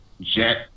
Jet